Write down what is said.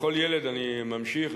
אני ממשיך.